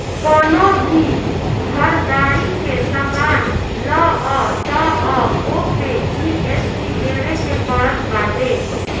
कवनो भी घरदारी के सामान लअ तअ ओपे जी.एस.टी देवे के पड़त बाटे